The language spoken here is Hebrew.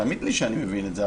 תאמין לי שאני מבין את זה.